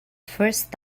first